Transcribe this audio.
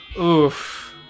Oof